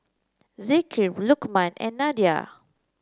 Zikri Lukman and Nadia